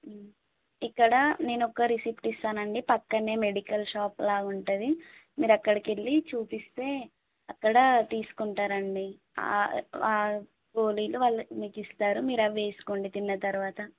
ఇక్కడ నేను ఒక రిసిట్ ఇస్తాను అండి పక్కనే మెడికల్ షాప్లో ఉంటుంది మీరు అక్కడికి వెళ్ళి చూపిస్తే అక్కడ తీసుకుంటారా అండి గోళీలు వాళ్ళు మీకు ఇస్తారు మీరు అవి వేసుకోండి తిన్న తర్వాత